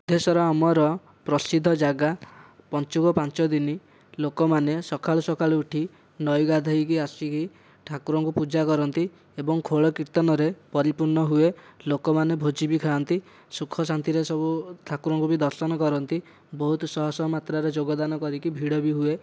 ବୁଦ୍ଧେଶ୍ୱର ଆମର ପ୍ରସିଦ୍ଧ ଜାଗା ପଞ୍ଚୁକ ପାଞ୍ଚ ଦିନ ଲୋକମାନେ ସକାଳୁ ସକାଳୁ ଉଠି ନଈ ଗାଧୋଇକି ଆସିକି ଠାକୁରଙ୍କୁ ପୂଜା କରନ୍ତି ଏବଂ ଖୋଲ କୀର୍ତ୍ତନରେ ପରିପୂର୍ଣ୍ଣ ହୁଏ ଲୋକମାନେ ଭୋଜି ବି ଖାଆନ୍ତି ସୁଖ ଶାନ୍ତିରେ ସବୁ ଠାକୁରଙ୍କୁ ବି ଦର୍ଶନ କରନ୍ତି ବହୁତ ସହ ସହ ମାତ୍ରାରେ ଯୋଗଦାନ କରିକି ଭିଡ଼ ବି ହୁଏ